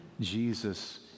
Jesus